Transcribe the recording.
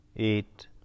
Eight